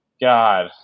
God